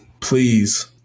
Please